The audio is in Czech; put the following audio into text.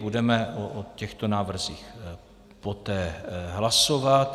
Budeme o těchto návrzích poté hlasovat.